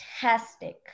Fantastic